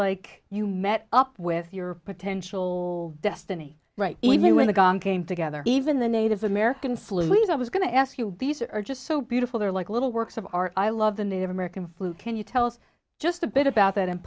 like you met up with your potential destiny right even when the gong came together even the native american flute i was going to ask you these are just so beautiful they're like little works of art i love the native american flu can you tell us just a bit about that and